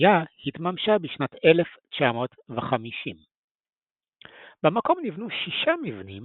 הבניה התממשה בשנת 1950. במקום ניבנו שישה מבנים